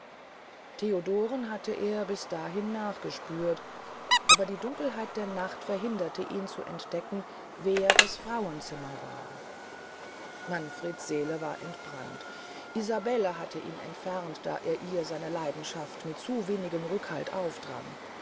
theodoren hatte er bis dahin nachgespürt aber die dunkelheit der nacht verhinderte ihn zu entdecken wer das frauenzimmer war manfreds seele war entbrannt isabelle hatte ihn entfernt da er ihr seine leidenschaft mit zu wenigem rückhalt aufdrang